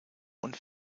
und